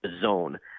zone